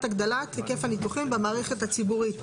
הגדלת היקף הניתוחים במערכת הציבורית.